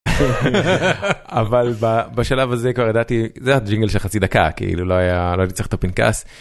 אבל בשלב הזה כבר ידעתי זה הדג'ינגל של חצי דקה כאילו לא היה לא צריך את הפנקס.